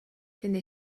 étaient